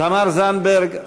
תמר זנדברג,